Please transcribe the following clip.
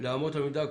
לאמות המידה הקבועות.